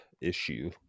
issue